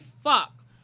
fuck